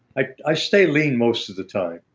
i i stay lean most of the time.